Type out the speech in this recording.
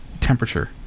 temperature